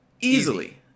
easily